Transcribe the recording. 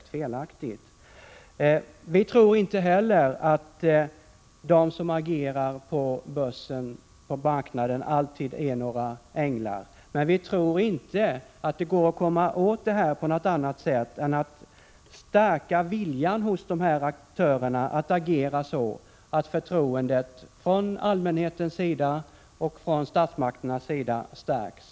Inte heller vi i folkpartiet tror att de som agerar på marknaden alltid är änglar, men vi tror inte att det går att komma åt detta på något annat sätt än att stärka viljan hos dessa aktörer att agera så att förtroendet från allmänhetens sida och statsmakternas sida ökas.